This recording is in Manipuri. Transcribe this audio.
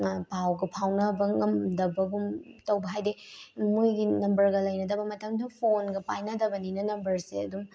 ꯄꯥꯎꯒ ꯐꯥꯎꯅꯕ ꯉꯝꯗꯕꯒꯨꯝ ꯇꯧꯕ ꯍꯥꯏꯗꯤ ꯃꯣꯏꯒꯤ ꯅꯝꯕꯔꯒ ꯂꯩꯅꯗꯕ ꯃꯇꯝꯗꯣ ꯐꯣꯟꯒ ꯄꯥꯏꯅꯗꯕꯅꯤꯅ ꯅꯝꯕꯔꯁꯦ ꯑꯗꯨꯝ